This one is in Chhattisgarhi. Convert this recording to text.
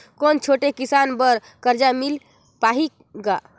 कौन छोटे किसान बर कर्जा मिल पाही ग?